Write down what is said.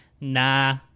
Nah